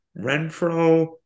Renfro